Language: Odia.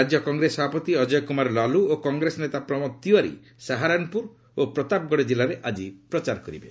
ରାଜ୍ୟ କଂଗ୍ରେସ ସଭାପତି ଅଜୟ କ୍ରମାର ଲାଲୁ ଓ କଂଗ୍ରେସ ନେତା ପ୍ରମୋଦ ତିୱାରୀ ସାହାରାନପୁର ଓ ପ୍ରତାପଗଡ଼ ଜିଲ୍ଲାରେ ଆଜି ପ୍ରଚାର କରିବେ